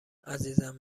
عزیزم